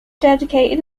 dedicated